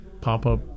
pop-up